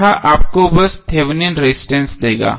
यह आपको बस थेवेनिन रजिस्टेंस देगा